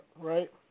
right